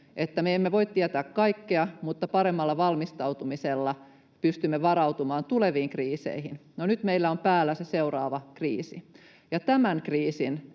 että me emme voi tietää kaikkea mutta paremmalla valmistautumisella pystymme varautumaan tuleviin kriiseihin. No, nyt meillä on päällä se seuraava kriisi, ja tämän kriisin